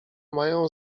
mają